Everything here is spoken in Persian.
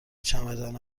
چمدان